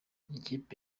ikipe